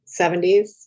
70s